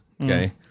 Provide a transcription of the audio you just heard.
Okay